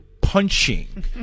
punching